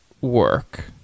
work